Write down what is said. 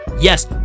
Yes